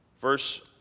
Verse